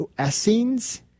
Essenes